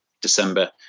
December